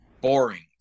boring